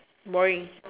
boring